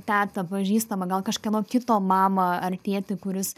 tetą pažįstamą gal kažkieno kito mamą ar tėtį kuris